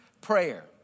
prayer